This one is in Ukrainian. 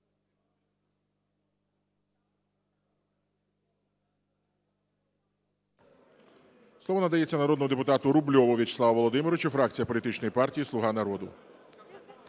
Слово надається народному депутату Рубльову Вячеславу Володимировичу, фракція політичної партії "Слуга народу".